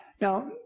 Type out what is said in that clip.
Now